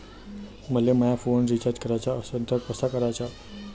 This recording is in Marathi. मले माया फोन रिचार्ज कराचा असन तर कसा कराचा?